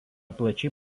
plačiai